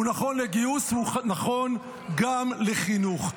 הוא נכון לגיוס והוא נכון גם לחינוך.